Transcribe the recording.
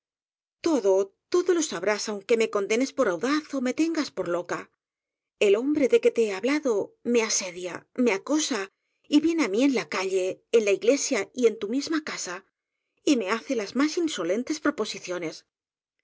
todo todo lo sabrás aunque me condenes por au daz ó me tengas por loca el hombre de que te he hablado me asedia me acosa y viene á mí en la calle en la iglesia y en tu misma casa y me hace las más insolentes proposiciones